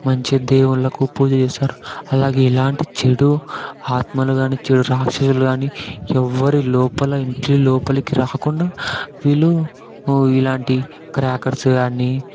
మంచిగా దేవుళ్ళకు పూజ చేస్తారు అలాగే ఎలాంటి చెడు ఆత్మలు కాని చెడు రాక్షసులు కాని ఎవ్వరూ లోపల ఇంటి లోపలి రాకుండా వీళ్ళు ఇలాంటి క్రాకర్స్ కాని